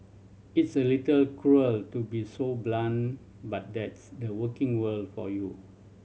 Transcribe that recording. it's a little cruel to be so blunt but that's the working world for you